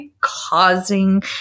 causing